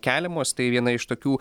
keliamos tai viena iš tokių